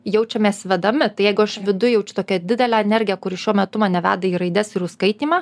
jaučiamės vedami tai jeigu aš viduj jaučiu tokią didelę energiją kuri šiuo metu mane veda į raides ir skaitymą